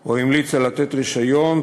או המליצה לתת רישיון,